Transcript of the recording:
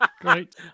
Great